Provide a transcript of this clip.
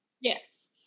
Yes